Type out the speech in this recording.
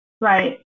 Right